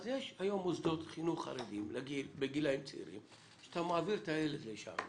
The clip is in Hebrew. אז יש היום מוסדות חינוך חרדים בגילאים צעירים שאתה מעביר את הילד לשם,